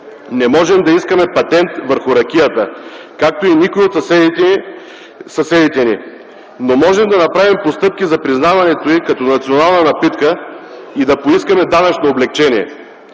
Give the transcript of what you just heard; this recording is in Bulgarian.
Не можем да искаме патент върху ракията, както и никой от съседите ни, но можем да направим постъпки за признаването й като национална напитка и да поискаме данъчно облекчение.